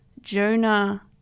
Jonah